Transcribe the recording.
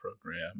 Program